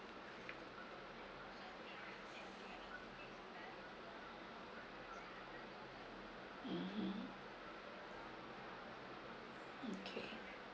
mmhmm okay